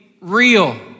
Real